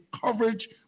coverage